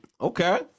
Okay